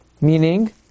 Meaning